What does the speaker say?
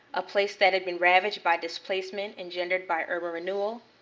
a place that had been ravaged by displacement, engendered by urban renewal,